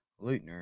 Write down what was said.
Lutner